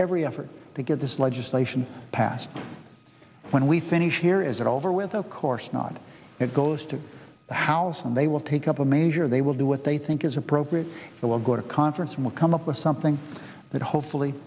every effort to get this legislation passed when we finish here is it over with of course not it goes to the house and they will take up a measure they will do what they think is appropriate that will go to conference will come up with something that hopefully